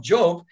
Job